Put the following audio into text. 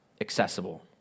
accessible